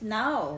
now